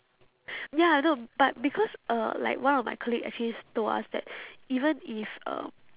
ya no but because uh like one of my colleague actually told us that even if uh